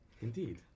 Indeed